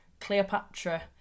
Cleopatra